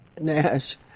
Nash